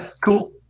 Cool